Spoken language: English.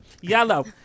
yellow